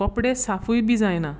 कपडे साफूय बी जायना